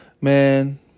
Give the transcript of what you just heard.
man